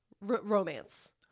romance